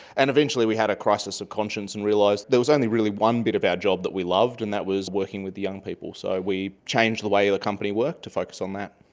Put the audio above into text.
and eventually we had a crisis of conscience and realised there was only really one bit of our job that we loved and that was working with young people, so we changed the way the company worked to focus on that.